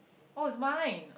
oh it's mine